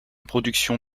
production